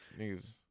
Niggas